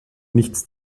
nichts